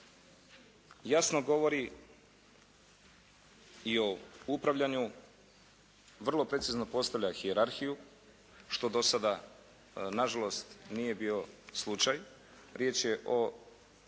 Jasno govori i o upravljanju, vrlo precizno postavlja hijerarhiju, što dosada nažalost nije bio slučaj. Riječ je o